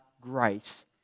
grace